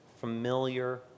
familiar